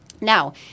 Now